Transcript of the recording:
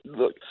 look